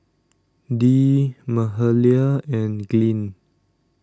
Dee Mahalia and Glynn